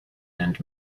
and